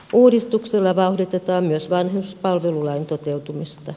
uudistuksella vauhditetaan myös vanhuspalvelulain toteutumista